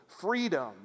freedom